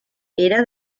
era